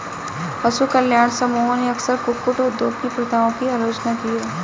पशु कल्याण समूहों ने अक्सर कुक्कुट उद्योग की प्रथाओं की आलोचना की है